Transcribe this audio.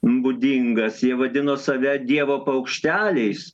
būdingas jie vadino save dievo paukšteliais